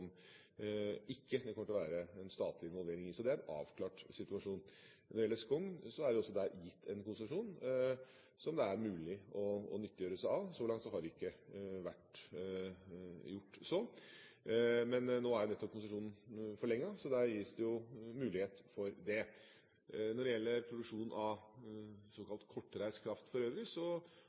ikke til å være noen statlig involvering i. Så det er en avklart situasjon. Når det gjelder Skogn, er det også der gitt en konsesjon som det er mulig å nyttiggjøre seg. Så langt har det ikke vært gjort. Men nå er nettopp konsesjonen forlenget, så der gis det mulighet for det. Når det gjelder produksjon av såkalt kortreist kraft for øvrig,